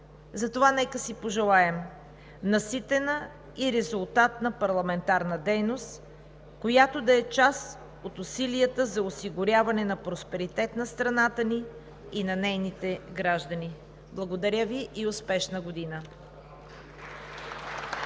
Затова нека си пожелаем наситена и резултатна парламентарна дейност, която да е част от усилията за осигуряване на просперитет на страната ни и на нейните граждани. Благодаря Ви и успешна година!